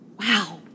Wow